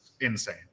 insane